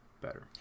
better